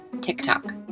TikTok